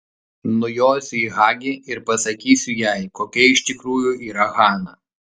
nujosiu į hagi ir pasakysiu jai kokia iš tikrųjų yra hana